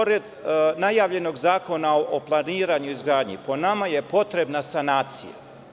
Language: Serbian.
Pored najavljenog zakona o planiranju i izgradnji, nama je potrebna sanacija.